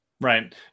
Right